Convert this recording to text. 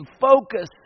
focus